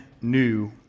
new